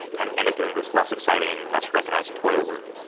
kind of end up doing this less exciting, less recognized toil work.